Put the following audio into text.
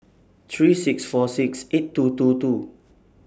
three six four six eight two two two